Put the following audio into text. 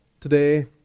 today